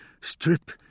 strip